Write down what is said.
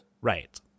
Right